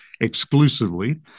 exclusively